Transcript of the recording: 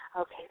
Okay